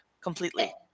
completely